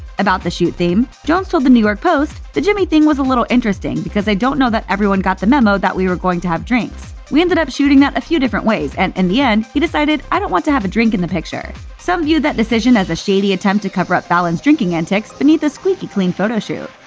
about the shoot theme, jones told the new york post, the jimmy thing was a little interesting, because i don't know that everyone got the memo that we were going to have drinks. we ended up shooting that a few different ways and in the end he decided, i don't want to have a drink in the picture some viewed that decision as a shady attempt to cover-up fallon's drinking antics beneath a squeaky-clean photoshoot.